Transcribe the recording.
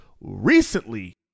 recently